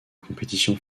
compétition